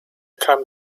kam